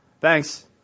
Thanks